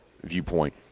viewpoint